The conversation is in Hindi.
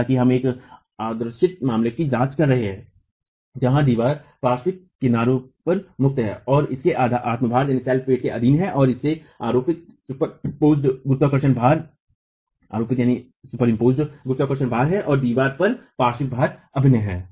हालांकि हम एक आदर्शित मामले की जांच कर रहे हैं जहां दीवार पार्श्व किनारों पर मुक्त है और इसके आत्म भार के अधीन है और इसमें आरोपित गुरुत्वाकर्षण भार है और दीवार पर पार्श्व भार अभिनय है